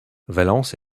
valence